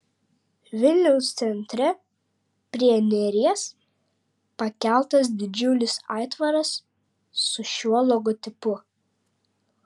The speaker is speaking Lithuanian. vilniaus centre prie neries pakeltas didžiulis aitvaras su šiuo logotipu